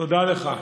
תודה לך,